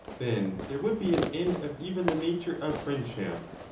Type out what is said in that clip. then there would be an end of even the nature of friendship,